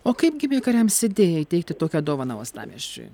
o kaip gimė kariams idėja įteikti tokią dovaną uostamiesčiui